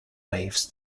waves